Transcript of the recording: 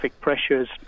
pressures